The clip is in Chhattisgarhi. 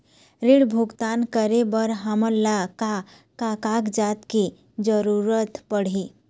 ऋण भुगतान करे बर हमन ला का का कागजात के जरूरत पड़ही?